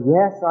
Yes